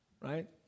right